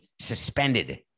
suspended